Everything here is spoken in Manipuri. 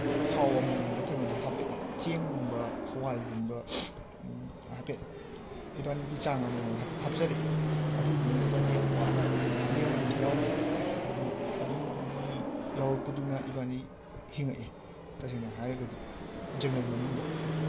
ꯈꯥꯎ ꯑꯃꯃꯝꯗ ꯀꯩꯅꯣꯗꯤ ꯍꯥꯞꯄꯛꯑꯦ ꯆꯦꯡꯒꯨꯝꯕ ꯍꯋꯥꯏꯒꯨꯝꯕ ꯍꯥꯏꯐꯦꯠ ꯏꯕꯥꯟꯅꯤꯒꯤ ꯆꯥꯡ ꯑꯃꯃꯝ ꯍꯥꯞꯆꯔꯛꯑꯦ ꯑꯗꯨꯗꯨꯅ ꯏꯕꯥꯟꯅꯤ ꯌꯥꯝ ꯋꯥꯅ ꯂꯦꯟꯕ ꯑꯃ ꯌꯥꯎꯈꯤ ꯑꯗꯨ ꯑꯗꯨꯒꯤ ꯌꯥꯎꯔꯛꯄꯗꯨꯅ ꯏꯕꯥꯟꯅꯤ ꯍꯤꯡꯉꯛꯏ ꯇꯁꯦꯡꯅ ꯍꯥꯏꯔꯒꯗꯤ ꯖꯪꯒꯜ ꯃꯅꯨꯡꯗ